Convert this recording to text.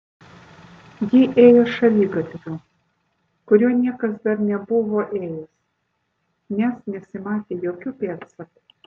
ji ėjo šaligatviu kuriuo niekas dar nebuvo ėjęs nes nesimatė jokių pėdsakų